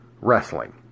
wrestling